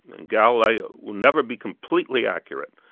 and galileo will never be completely accurate.